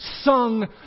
sung